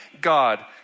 God